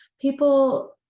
people